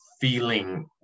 feeling